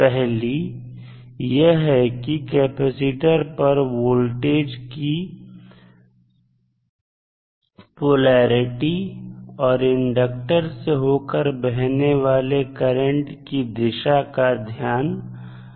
पहली यह है कि कैपेसिटर पर वोल्टेज की पोलैरिटी और इंडक्टर से होकर बहने वाली करंट की दिशा का ध्यान रखना है